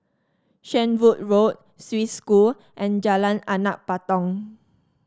Shenvood Road Swiss School and Jalan Anak Patong